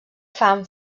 fam